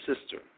sister